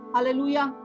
Hallelujah